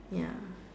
ya